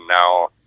now